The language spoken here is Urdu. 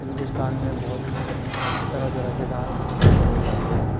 ہندوستان میں بہت طرح طرح کے ڈانس کرے جاتے ہیں